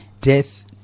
death